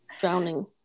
Drowning